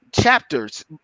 chapters